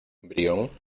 brión